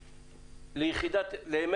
אסטרונומיות.